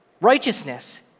righteousness